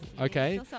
okay